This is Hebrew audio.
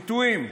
פיתויים.